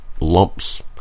lumps